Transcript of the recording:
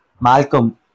Malcolm